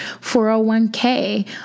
401k